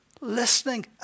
listening